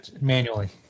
manually